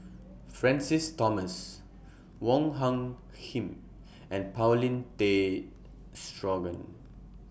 Francis Thomas Wong Hung Khim and Paulin Tay Straughan